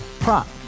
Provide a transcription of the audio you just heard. Prop